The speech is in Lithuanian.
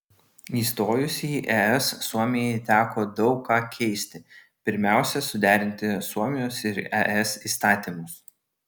įstojus į es suomijai teko daug ką keisti pirmiausia suderinti suomijos ir es įstatymus